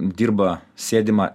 dirba sėdimą